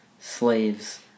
slaves